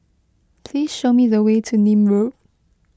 please show me the way to Nim Road